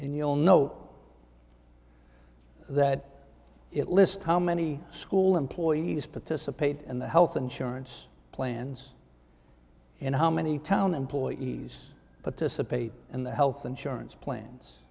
and you'll know that it lists how many school employees participate in the health insurance plans and how many town employees participate in the health insurance plans